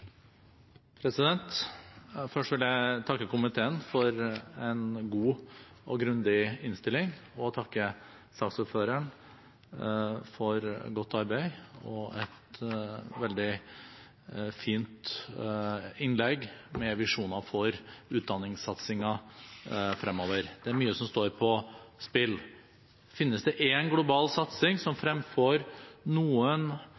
Først vil jeg takke komiteen for en god og grundig innstilling, og takke saksordføreren for godt arbeid og et veldig fint innlegg med visjoner for utdanningssatsingen fremover. Det er mye som står på spill. Finnes det én global satsing som fremfor noen